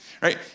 right